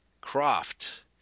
Croft